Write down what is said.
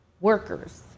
workers